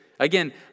Again